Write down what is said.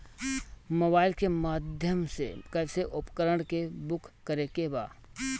Mobile के माध्यम से कैसे उपकरण के बुक करेके बा?